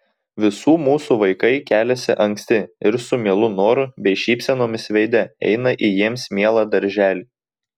visų mūsų vaikai keliasi anksti ir su mielu noru bei šypsenomis veide eina į jiems mielą darželį